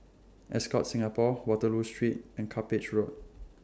Ascott Singapore Waterloo Street and Cuppage Road